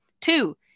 Two